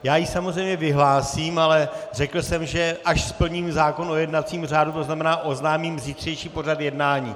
Já ji samozřejmě vyhlásím, ale řekl jsem, až splním zákon o jednacím řádu, to znamená, až ohlásím zítřejší pořad jednání.